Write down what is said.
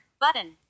Button